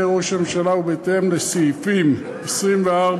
ראש הממשלה הוא בהתאם לסעיפים 24(ב)